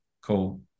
Cool